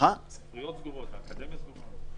האקדמיה סגורה.